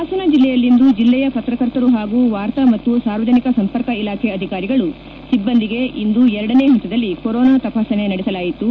ಪಾಸನ ಜೆಲ್ಲೆಯಲ್ಲಿಂದು ಜೆಲ್ಲೆಯ ಪತ್ರಕರ್ತರು ಹಾಗೂ ವಾರ್ತಾ ಮತ್ತು ಸಾರ್ವಜನಿಕ ಸಂಪರ್ಕ ಇಲಾಖೆ ಅಧಿಕಾರಿಗಳು ಸಿಬ್ಬಂದಿಗೆ ಇಂದು ಎರಡನೇ ಹಂತದಲ್ಲಿ ಕೊರೊನಾ ತಪಾಸಣೆ ನಡೆಸಲಾಯಿತು